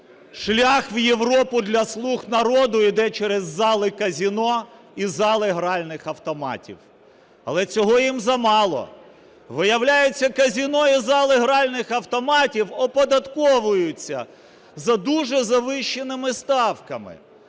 Шлях в Європу для "слуг народу" йде через зали казино і зали гральних автоматів, але цього їм замало. Виявляється, казино і зали гральних автоматів оподатковуються за дуже завищеними ставками.